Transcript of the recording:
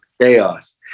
Chaos